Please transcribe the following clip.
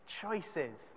choices